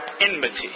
enmity